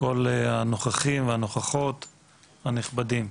כל הנוכחים והנוכחות הנכבדים.